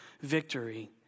Victory